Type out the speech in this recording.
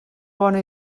bona